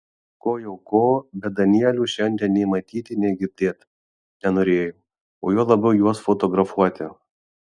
ko jau ko bet danielių šiandien nei matyt nei girdėt nenorėjau o juo labiau juos fotografuoti